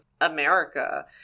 America